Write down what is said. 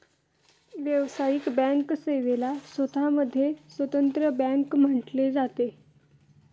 व्यावसायिक बँक सेवेला स्वतः मध्ये स्वतंत्र बँक म्हटले जाते